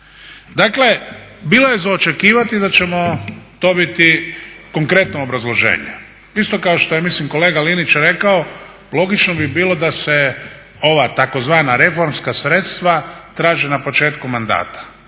Dakle, bilo je za očekivati da ćemo dobiti konkretno obrazloženje isto kao što je ja mislim kolega Linić rekao, logično bi bilo da se ova tzv. reformska sredstva traže na početku mandata.